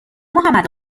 محمد